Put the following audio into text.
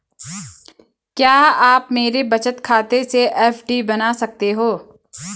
क्या आप मेरे बचत खाते से एफ.डी बना सकते हो?